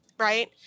Right